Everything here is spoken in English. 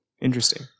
Interesting